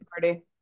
party